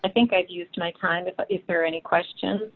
i think i've used my time but if there are any questions